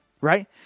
right